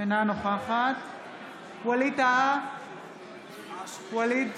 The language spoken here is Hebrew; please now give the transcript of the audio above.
אינה נוכחת ווליד טאהא,